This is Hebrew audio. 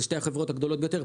אלה שתי החברות הגדולות ביותר,